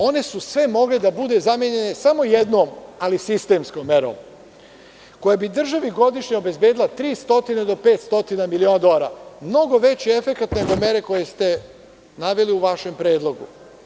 One su sve mogle da budu zamenjene samo jednom, ali sistemskom merom, koja bi državi godišnje obezbedila 300 do 500 miliona dolara, mnogo veći efekat nego mere koje ste naveli u vašem predlogu.